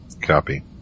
Copy